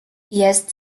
jest